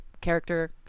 character